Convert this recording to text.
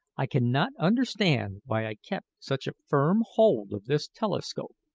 i cannot understand why i kept such a firm hold of this telescope.